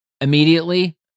Immediately